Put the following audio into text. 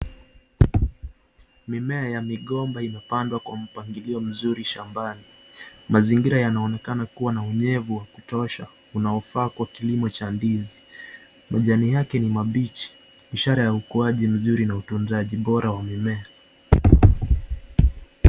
mimea ya migomba yamepandwa kwa mpangilio mzuri shambani, mazingira yanaonekana kuwanaunyevu ya kutosha unaofaa kwa kilimo cha ndizi, majani yake ni mabichi ishara yaukuaji na utunzaji ubora wa mimea.